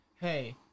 hey